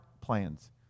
plans